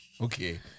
okay